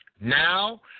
now